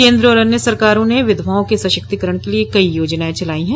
केन्द्र और अन्य सरकारों ने विधवाओं के सशक्तिकरण के लिए कई योजनाएं चलाई हैं